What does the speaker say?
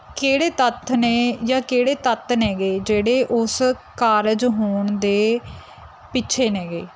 ਕਿਹੜੇ ਤੱਥ ਨੇ ਜਾਂ ਕਿਹੜੇ ਤੱਤ ਹੈਗੇ ਜਿਹੜੇ ਉਸ ਕਾਰਜ ਹੋਣ ਦੇ ਪਿੱਛੇ ਹੈਗੇ